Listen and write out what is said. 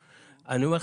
אני אומר לך,